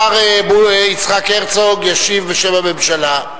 השר יצחק הרצוג ישיב בשם הממשלה.